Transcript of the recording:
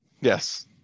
Yes